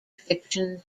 fiction